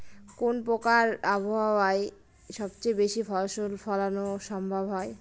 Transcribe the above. কোন প্রকার আবহাওয়ায় সবচেয়ে বেশি ফসল ফলানো সম্ভব হয়?